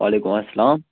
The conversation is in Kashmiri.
وعلیکُم اسلام